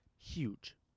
huge